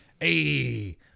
Hey